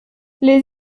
les